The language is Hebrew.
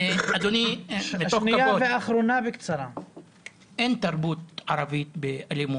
אין תרבות ערבית באלימות.